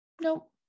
Nope